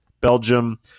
Belgium